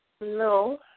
No